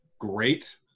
great –